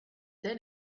then